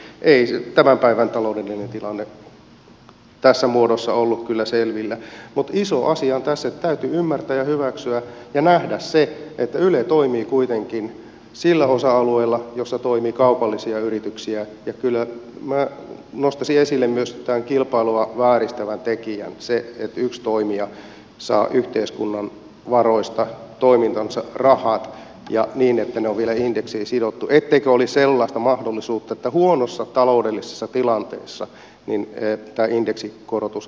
ei tämän päivän taloudellinen tilanne tässä muodossa ollut kyllä selvillä mutta iso asiahan tässä on että täytyy ymmärtää ja hyväksyä ja nähdä se että yle toimii kuitenkin sillä osa alueella jolla toimii kaupallisia yrityksiä ja kyllä minä nostaisin esille myöskin tämän kilpailua vääristävän tekijän eli sen että yksi toimija saa yhteiskunnan varoista toimintansa rahat ja niin että ne on vielä indeksiin sidottu etteikö olisi sellaista mahdollisuutta että huonossa taloudellisessa tilanteessa tämä indeksikorotus voitaisiin jäädyttää